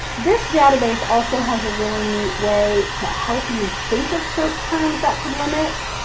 this database also has a really neat way to help you think of search terms that could limit.